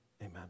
amen